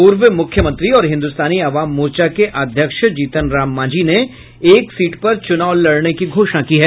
पूर्व मुख्यमंत्री और हिन्दुस्तानी आवाम मोर्चा के अध्यक्ष जीतन राम मांझी ने एक सीट पर चुनाव लड़ने की घोषणा की है